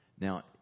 Now